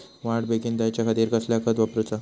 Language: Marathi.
वाढ बेगीन जायच्या खातीर कसला खत वापराचा?